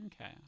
Okay